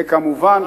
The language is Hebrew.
וכמובן,